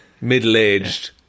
middle-aged